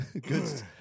Good